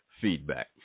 feedback